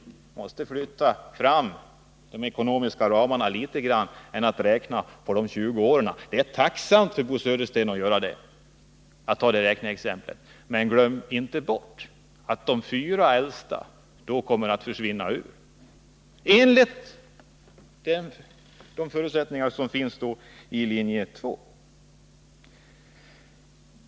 Man måste flytta fram de ekonomiska ramarna litet mer än att räkna på de 20 åren. Det är tacksamt för Bo Södersten att ta det räkneexemplet. Men glöm inte bort att de fyra äldsta då kommer att försvinna ut enligt de förutsättningar som finns i linje 2.